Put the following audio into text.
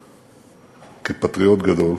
מיוחדת כפטריוט גדול